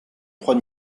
trois